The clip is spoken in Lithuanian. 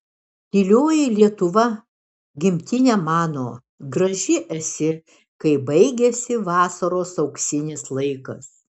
tylioji lietuva gimtine mano graži esi kai baigiasi vasaros auksinis laikas